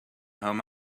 home